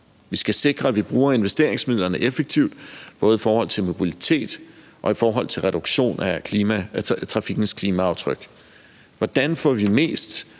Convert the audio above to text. Vi skal sikre, at vi bruger investeringsmidlerne effektivt – både i forhold til mobilitet og i forhold til reduktion af trafikkens klimaaftryk. Hvordan får vi